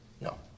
No